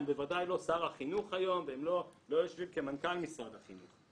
בוודאי לא שר החינוך היום ולא מנכ"ל משרד החינוך.